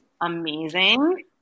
amazing